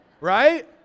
Right